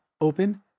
open